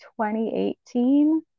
2018